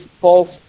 false